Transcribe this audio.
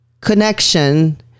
connection